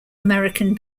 american